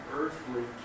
earthly